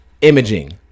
imaging